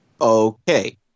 Okay